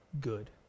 good